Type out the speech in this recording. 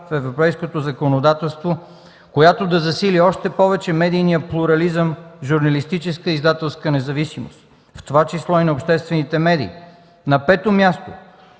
в европейското законодателство, която да засили още повече медийния плурализъм, журналистическа и издателска независимост, в това число и на обществените медии. На пето място,